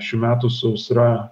šių metų sausra